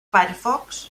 firefox